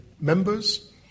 members